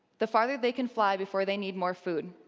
the farther they can fly before they need more food.